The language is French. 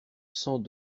sans